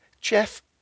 Jeff